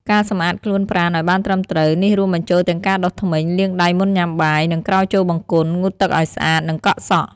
ការសម្អាតខ្លួនប្រាណឲ្យបានត្រឹមត្រូវ នេះរួមបញ្ចូលទាំងការដុសធ្មេញ លាងដៃមុនញ៉ាំបាយ និងក្រោយចូលបង្គន់ ងូតទឹកឱ្យស្អាត និងកក់សក់។